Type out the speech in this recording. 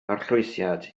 arllwysiad